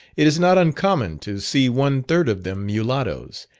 it is not uncommon to see one third of them mulattoes,